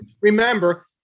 remember